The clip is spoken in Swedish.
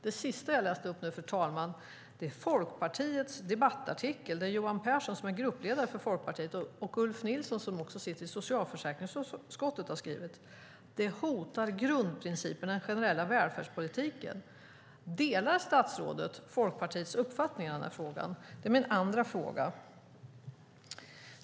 Det jag läste upp nu, fru talman, är Folkpartiets debattartikel som bland andra Johan Pehrson, gruppledare för Folkpartiet, och Ulf Nilsson, som sitter i socialförsäkringsutskottet, har skrivit. "Det hotar grundprinciperna i den generella välfärdspolitiken." Delar statsrådet Folkpartiets uppfattning i den frågan? Det är min andra fråga.